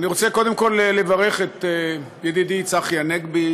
אני רוצה קודם כול לברך את ידידי צחי הנגבי,